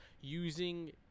using